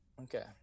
Okay